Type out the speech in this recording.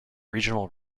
regional